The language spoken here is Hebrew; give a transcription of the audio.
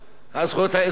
הזכויות האזרחיות,